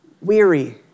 weary